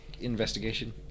Investigation